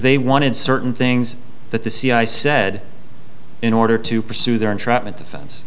they wanted certain things that the c i said in order to pursue their entrapment defen